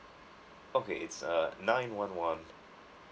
okay it's uh nine one one